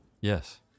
Yes